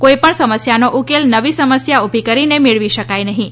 કોઈપણ સમસ્યાનો ઉકેલ નવી સમસ્યા ઉભી કરીને મેળવી શકાય નહીં